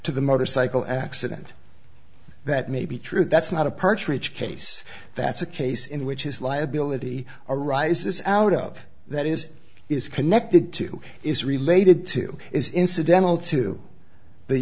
to the motorcycle accident that may be true that's not a partridge case that's a case in which his liability arises out of that is is connected to is related to is incidental to the